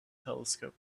telescope